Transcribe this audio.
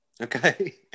Okay